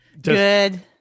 good